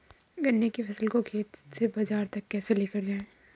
गन्ने की फसल को खेत से बाजार तक कैसे लेकर जाएँ?